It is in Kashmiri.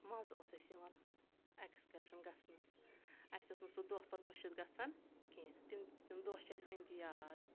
مزٕ اوس اَسہِ یِوان ایٚکٕسکرشن گژھنَس اَسہِ اوس نہٕ سُہ دۄہ پتہٕ مٔشِد گژھان کینٛہہ تِم تِم دۄہ چھِ اَسہِ وٕنۍ تہِ یاد